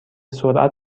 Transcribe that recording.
سرعت